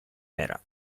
era